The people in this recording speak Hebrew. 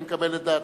ואני מקבל את דעתו.